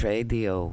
Radio